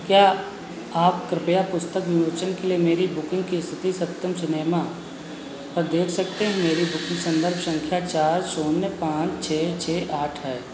क्या आप कृपया पुस्तक विमोचन के लिए मेरी बुकिंग की स्थिति सत्यम सिनेमा पर देख सकते है मेरी बुकिंग संदर्भ संख्या चार शून्य पाँच छः छः आठ है